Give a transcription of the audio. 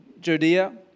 Judea